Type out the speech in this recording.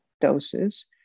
doses